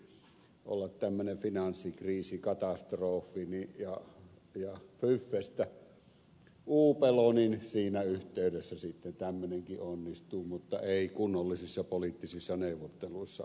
nyt piti olla tämmöinen finanssikriisi katastrofi ja fyffestä uupelo niin siinä yhteydessä sitten tämmöinenkin onnistuu mutta ei kunnollisissa poliittisissa neuvotteluissa